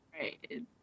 Right